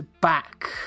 Back